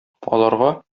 аларга